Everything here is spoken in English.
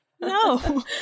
No